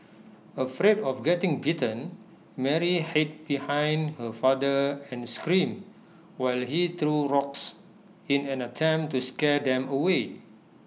afraid of getting bitten Mary hid behind her father and screamed while he threw rocks in an attempt to scare them away